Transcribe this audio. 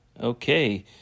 Okay